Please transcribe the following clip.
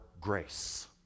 grace